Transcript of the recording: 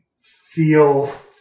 feel